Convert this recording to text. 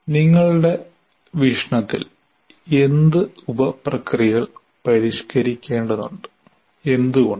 നിങ്ങളുടെ വീക്ഷണത്തിൽ എന്ത് ഉപപ്രക്രിയകൾ പരിഷ്കരിക്കേണ്ടതുണ്ട് എന്തുകൊണ്ട്